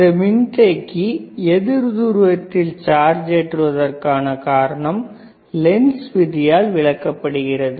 இந்த மின்தேக்கி எதிர் துருவத்தில் சார்ஜ் ஏற்றுவதற்கான காரணம் லென்ஸ் விதியால் விளக்கப்படுகிறது